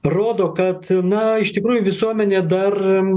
rodo kad na iš tikrųjų visuomenė dar